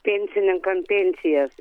pensininkam pensijas